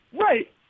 Right